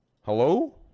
Hello